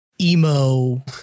emo